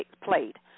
played